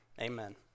Amen